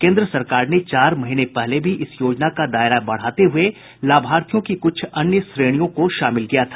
केन्द्र सरकार ने चार महीने पहले भी इस योजना का दायरा बढ़ाते हुए लाभर्थियों की कुछ अन्य श्रेणियों को शामिल किया था